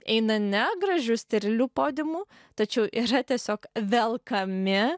eina ne gražiu sterliu podiumu tačiau yra tiesiog velkami